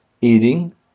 eating